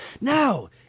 Now